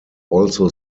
also